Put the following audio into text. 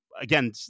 again